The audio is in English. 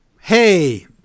hey